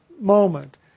moment